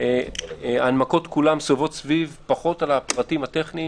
ההנמקות כולן סובבות פחות על הפרטים הטכניים